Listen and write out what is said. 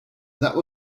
that